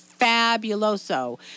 fabuloso